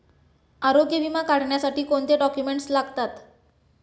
आरोग्य विमा काढण्यासाठी कोणते डॉक्युमेंट्स लागतात?